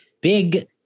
big